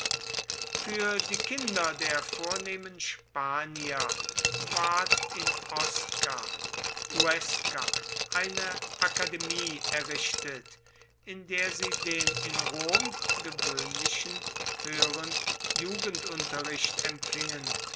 für die kinder der vornehmen spanier ward in osca huesca eine akademie errichtet in der sie den in rom gewöhnlichen höheren jugendunterricht empfingen